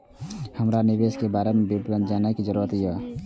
हमरा निवेश के बारे में विवरण जानय के जरुरत ये?